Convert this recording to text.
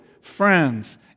friends